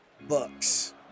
Bucks